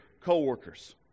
coworkers